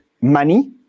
money